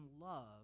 love